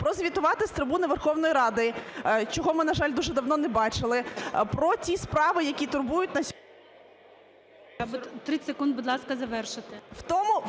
прозвітувати з трибуни Верховної Ради, чого ми, на жаль, ми дуже давно не бачили, про ті справи, які турбують на сьогодні… ГОЛОВУЮЧИЙ. 30 секунд, будь ласка, завершити.